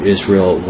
Israel